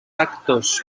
actos